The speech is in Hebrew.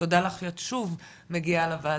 תודה לך שאת שוב מגיעה לוועדה.